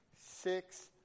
six